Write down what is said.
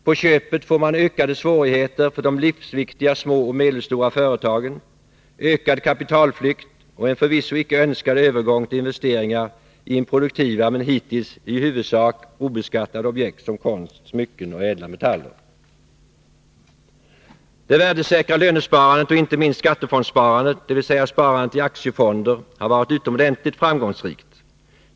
På köpet får man ökade svårigheter för de livsviktiga små och medelstora företagen, ökad kapitalflykt och förvisso icke önskad övergång till investeringar i improduktiva men hittills i huvudsak obeskattade objekt som konst, smycken och ädla metaller. Det värdesäkra lönesparandet — inte minst skattefondssparandet, dvs. sparandet i aktiefonder — har varit utomordentligt framgångsrikt.